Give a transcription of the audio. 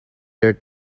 their